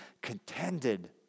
contended